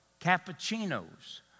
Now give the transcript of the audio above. cappuccinos